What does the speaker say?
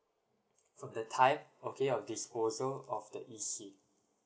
from the time okay of disposal of the E_C